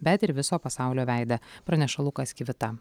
bet ir viso pasaulio veidą praneša lukas kivita